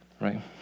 right